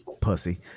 pussy